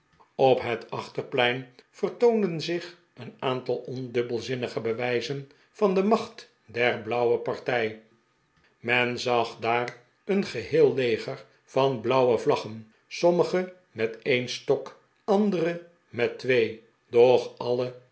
op het achterplein vertoonden zich een aantal ondubbelzinnige bewijzen van de macht der blauwe partij men zag daar een geheel leger van blauwe vlaggen sommige met een stok andere met twee doch alle